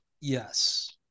Yes